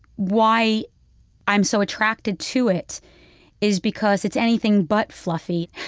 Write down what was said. why i'm so attracted to it is because it's anything but fluffy.